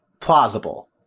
plausible